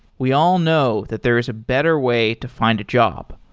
we all know that there is a better way to find a job.